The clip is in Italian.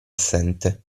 assente